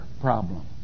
problem